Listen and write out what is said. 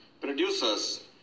Producers